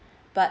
but